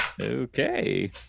Okay